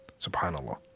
SubhanAllah